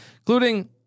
including